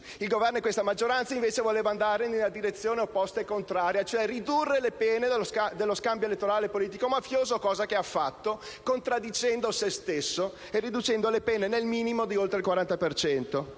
Il Governo di questa maggioranza, invece, voleva andare in direzione opposta e contraria, cioè ridurre le pene dello scambio elettorale politico mafioso, cosa che ha fatto contraddicendo se stesso e riducendo le pene nel minimo di oltre il 40